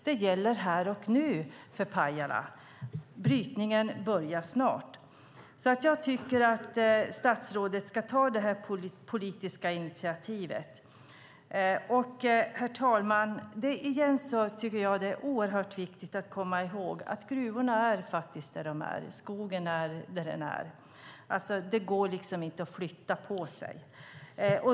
Det gäller här och nu för Pajala. Brytningen börjar snart. Jag tycker att statsrådet ska ta det här politiska initiativet. Fru talman! Det är oerhört viktigt att komma ihåg att gruvorna är där de är och skogen är där den är. Det går inte att flytta på dem.